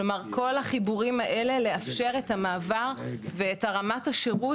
כלומר כל החיבורים האלה לאפשר את המעבר ואת רמת השירות